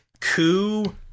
coup